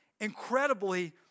incredibly